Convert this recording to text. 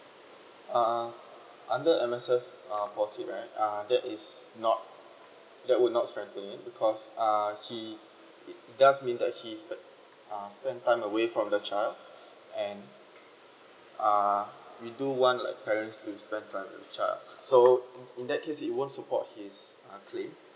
uh under M_S_F uh policy right there is not that would not strengthening because uh he that's means that he sp~ uh spend time away from the child and uh we do one like parents to spend time with child so in in that case it won't support his uh claim